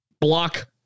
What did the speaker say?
block